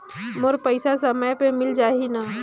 मोर पइसा समय पे मिल जाही न?